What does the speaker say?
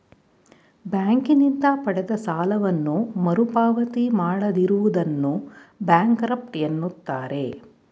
ಬ್ಯಾಂಕಿನಿಂದ ಪಡೆದ ಸಾಲವನ್ನು ಮರುಪಾವತಿ ಮಾಡದಿರುವುದನ್ನು ಬ್ಯಾಂಕ್ರಫ್ಟ ಎನ್ನುತ್ತಾರೆ